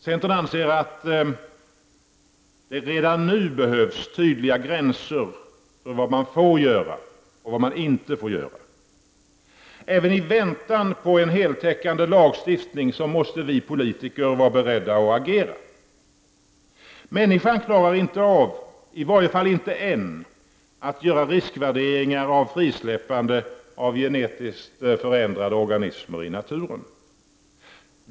Centern anser att det redan nu behövs tydliga gränser för vad man får göra och vad man inte får göra. Även i väntan på en heltäckande lagstiftning måste vi politiker vara beredda att agera. Människan klarar inte av, i varje fall inte än, att göra en riskvärdering av ett frisläppande av genetiskt förändrade organismer i naturen.